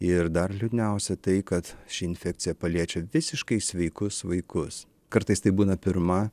ir dar liūdniausia tai kad ši infekcija paliečia visiškai sveikus vaikus kartais tai būna pirma